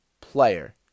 player